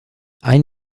ein